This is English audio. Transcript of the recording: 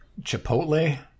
Chipotle